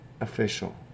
official